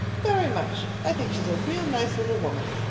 very much. i think she's a real nice little woman.